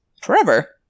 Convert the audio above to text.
forever